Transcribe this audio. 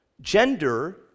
Gender